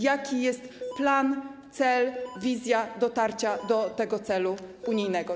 Jaki jest plan, jaka jest wizja dotarcia do tego celu unijnego?